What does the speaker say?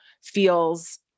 feels